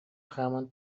хааман